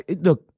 Look